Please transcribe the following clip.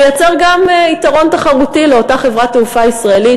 מייצר גם יתרון תחרותי לאותה חברת תעופה ישראלית,